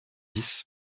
dix